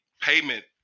payment